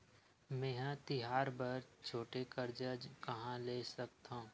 मेंहा तिहार बर छोटे कर्जा कहाँ ले सकथव?